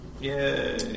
Yay